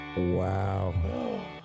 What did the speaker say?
Wow